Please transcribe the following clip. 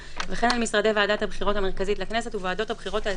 מוצע כאן לקבוע סייג דומה לגבי משרדי הוועדה המרכזית והוועדות האזוריות,